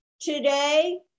Today